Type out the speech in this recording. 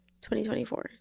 2024